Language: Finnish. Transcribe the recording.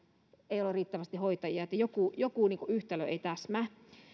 ei ole riittävästi hoitajia joku joku yhtälö ei täsmää